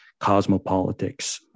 cosmopolitics